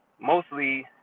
mostly